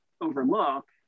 overlook